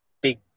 big